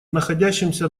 находящемся